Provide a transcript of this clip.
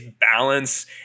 balance